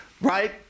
Right